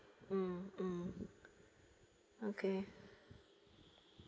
mm okay